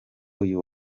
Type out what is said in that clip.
uyu